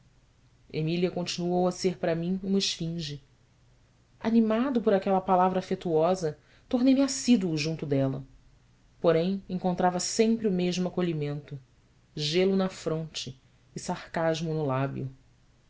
emília continuou a ser para mim uma esfinge animado por aquela palavra afetuosa tornei me assíduo junto dela porém encontrava sempre o mesmo acolhimento gelo na fronte e sarcasmo no lábio